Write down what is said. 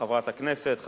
חברת הכנסת,